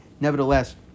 nevertheless